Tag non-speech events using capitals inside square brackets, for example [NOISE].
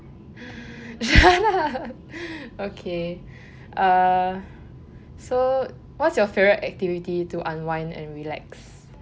[LAUGHS] okay uh so what's your favourite activity to unwind and relax